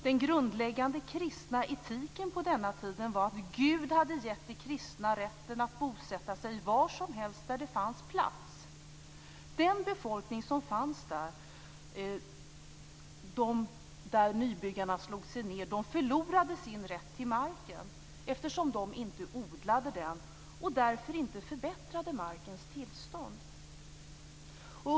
Den grundläggande kristna etiken på den tiden var att Gud hade gett de kristna rätten att bosätta sig var som helst där det fanns plats. Den befolkning som fanns där nybyggarna slog sig ned förlorade sin rätt till marken eftersom de inte odlade den och därför inte förbättrade markens tillstånd.